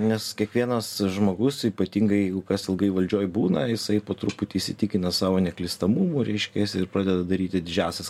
nes kiekvienas žmogus ypatingai jau kas ilgai valdžioj būna jisai po truputį įsitikina savo neklystamumu reiškias ir pradeda daryti didžiausias